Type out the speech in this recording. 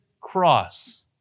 cross